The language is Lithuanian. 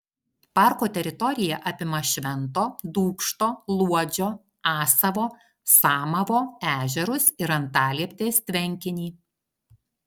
parko teritorija apima švento dūkšto luodžio asavo samavo ežerus ir antalieptės tvenkinį